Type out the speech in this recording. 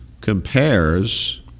compares